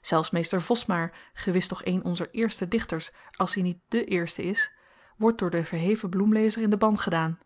zelfs mr vosmaer gewis toch een onzer eerste dichters als i niet de eerste is wordt door den verheven bloemlezer in den ban gedaan